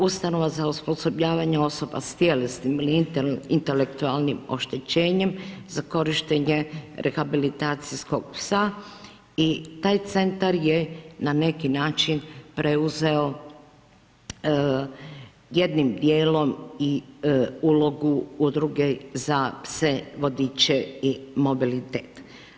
Ustanova za osposobljavanje osoba s tjelesnim ili intelektualnim oštećenjem za korištenje rehabilitacijskog psa i taj centar je na neki način preuzeo jednim dijelom i ulogu udruge za pse vodiče i mobilitet.